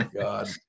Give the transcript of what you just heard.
God